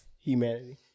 humanity